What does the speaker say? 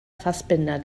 fassbinder